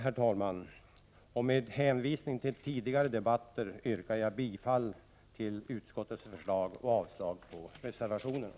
Med det anförda och med hänvisning till tidigare debatter yrkar jag bifall till utskottets hemställan och avslag på reservationerna.